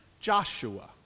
Joshua